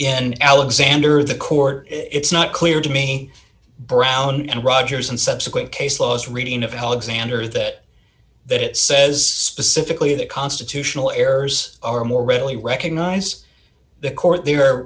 in alexander the court it's not clear to me brown and rogers and subsequent case laws reading of hell xander that that says specifically that constitutional errors are more readily recognize the court the